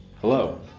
Hello